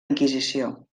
inquisició